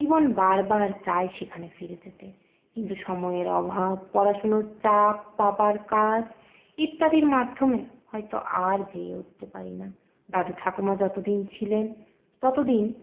জীবন বারবার চায় সেখানে ফিরে যেতে কিন্তু সময়ের অভাব পড়াশুনোর চাপ পাপার কাজ ইত্যাদির মাধ্যমে হয়তো আর যেয়ে উঠতে পারি না দাদু ঠাকুমা যতদিন ছিলেন তত দিন